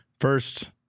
First